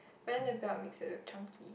but then the belt makes it look chunky